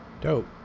Dope